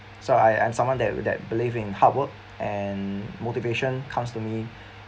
so I am someone that that believe in hardwork and motivation comes to me